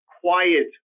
quiet